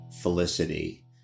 Felicity